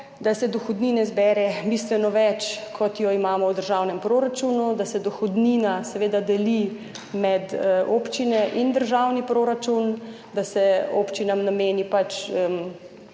da se dohodnine zbere bistveno več, kot je imamo v državnem proračunu, da se dohodnina seveda deli med občine in državni proračun, da se občinam nameni